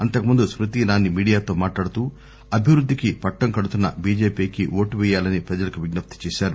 అంతకుముందు స్కృతి ఇరానీ మీడియాతో మాట్లాడుతూ అభివృద్దికి పట్టం కడుతున్న బిజె పికి ఓటు పేయాలని ప్రజలకు విజ్ఞప్తి చేశారు